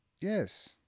Yes